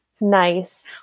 Nice